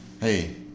hey